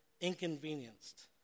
inconvenienced